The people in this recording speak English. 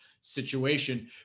situation